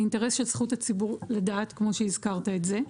האינטרס של זכות הציבור לדעת כמו שהזכרת את זה,